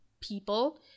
people